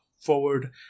forward